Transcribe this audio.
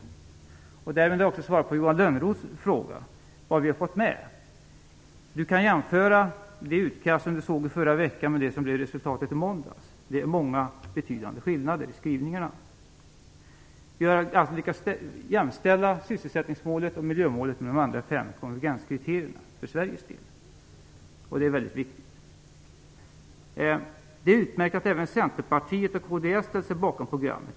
Jag vill därmed svara på Johan Lönnroths fråga om vad vi har fått med. Han kan jämföra det utkast som vi såg i förra veckan med det som blev resultatet i måndags. Det är många betydande skillnader i skrivningarna. Vi har lyckats jämställa sysselsättningsmålet och miljömålet med de andra fem konvergenskriterierna för Sveriges del, och det är mycket viktigt. Det är utmärkt att även Centerpartiet och kds har ställt sig bakom programmet.